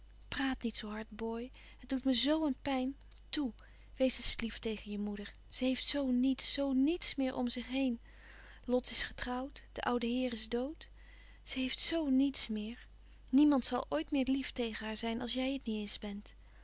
praat niet zoo hard boy het doet me zoo een pijn toe wees eens lief tegen je moeder ze heeft zoo niets zoo niets meer om zich lot is getrouwd de oude heer is dood ze heeft zoo niets meer niemand zal ooit meer lief tegen haar zijn als jij het niet eens bent